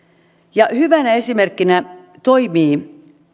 ja hyvänä esimerkkinä toimii